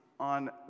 On